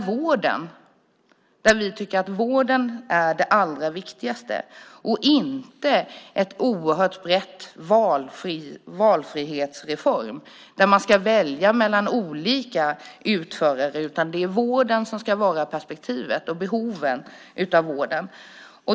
Vården är det allra viktigaste och inte en oerhört bred valfrihetsreform där man ska välja mellan olika utförare. Det är vården och behovet av vården som ska vara perspektivet.